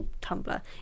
Tumblr